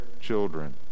children